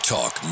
Talk